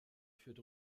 führt